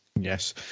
Yes